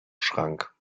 schrank